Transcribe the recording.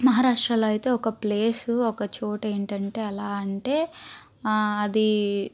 మహారాష్ట్రలో అయితే ఒక ప్లేసు ఒక చోటు ఏంటి అంటే ఎలా అంటే అది